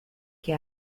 qué